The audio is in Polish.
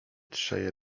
trzej